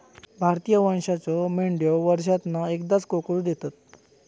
भारतीय वंशाच्यो मेंढयो वर्षांतना एकदाच कोकरू देतत